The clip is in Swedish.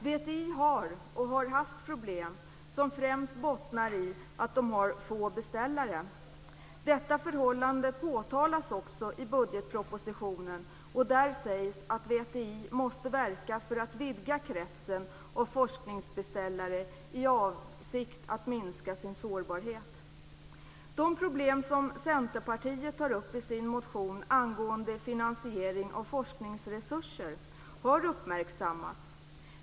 VTI har och har haft problem som främst bottnar i att de har få beställare. Detta förhållande påtalas också i budgetpropositionen, och där sägs att VTI måste verka för att vidga kretsen av forskningsbeställare i avsikt att minska sin sårbarhet. De problem som Centerpartiet tar upp i sin motion angående finansiering av forskningsresurser har uppmärksammats.